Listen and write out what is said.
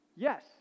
Yes